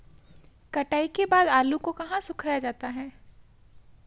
कटाई के बाद आलू को कहाँ सुखाया जाता है?